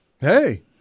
Hey